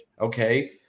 okay